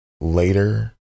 later